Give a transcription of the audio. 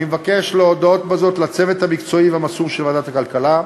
אני מבקש להודות בזאת לצוות המקצועי והמסור של ועדת הכלכלה,